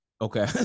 Okay